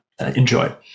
enjoy